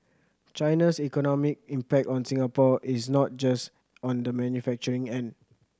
China's economic impact on Singapore is not just on the manufacturing end